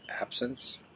absence